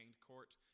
court